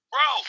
Bro